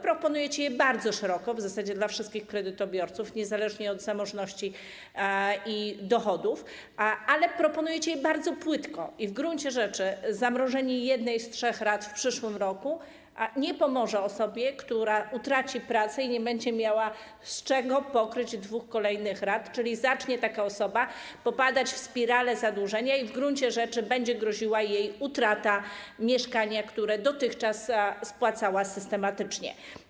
Proponujecie je bardzo szeroko, w zasadzie dla wszystkich kredytobiorców niezależnie od zamożności i dochodów, ale proponujecie je bardzo płytko i w gruncie rzeczy zamrożenie jednej z trzech rat w przyszłym roku nie pomoże osobie, która utraci pracę i nie będzie miała z czego pokryć dwóch kolejnych rat, czyli taka osoba zacznie popadać w spiralę zadłużenia i w gruncie rzeczy będzie groziła jej utrata mieszkania, które dotychczas spłacała systematycznie.